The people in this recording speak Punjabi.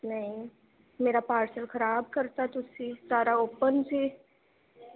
ਨਹੀਂ ਮੇਰਾ ਪਾਰਸਲ ਖਰਾਬ ਕਰਤਾ ਤੁਸੀਂ ਸਾਰਾ ਓਪਨ ਸੀ